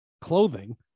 clothing